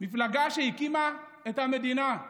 מפלגה שהקימה את המדינה.